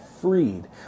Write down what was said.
freed